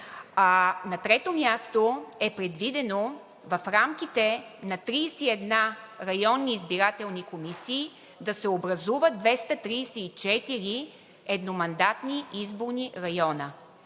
На трето място е предвидено в рамките на 31 районни избирателни комисии да се образуват 234 едномандатни изборни района.